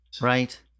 Right